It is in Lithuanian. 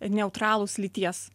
neutralūs lyties